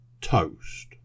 toast